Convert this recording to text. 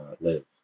live